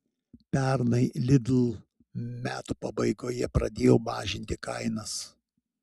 pernai lidl metų pabaigoje pradėjo mažinti kainas